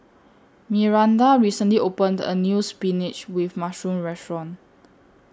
Miranda recently opened A New Spinach with Mushroom Restaurant